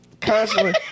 constantly